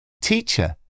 Teacher